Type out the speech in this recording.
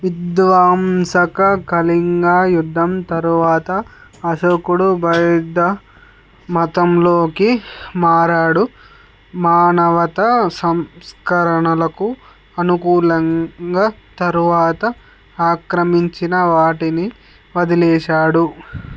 విధ్వంసక కళింగ యుద్ధం తరువాత అశోకుడు బౌద్ధమతంలోకి మారాడు మానవతా సంస్కరణలకు అనుకూలంగా తరువాత ఆక్రమించిన వాటిని వదిలేశాడు